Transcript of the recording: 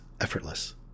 effortless